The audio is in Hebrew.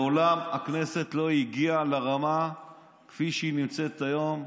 מעולם הכנסת לא הגיעה לרמה כפי שהיא נמצאת היום,